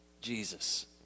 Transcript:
Jesus